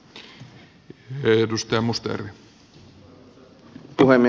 arvoisa puhemies